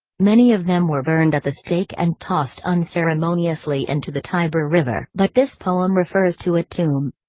many of them were burned at the stake and tossed unceremoniously into the tiber river. but this poem refers to a tomb.